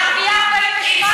ערביי 48',